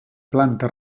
planta